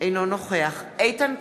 אינו נוכח איתן כבל,